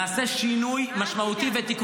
נעשה שינוי משמעותי -- זה חוק השתקה.